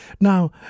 Now